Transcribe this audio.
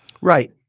right